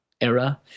era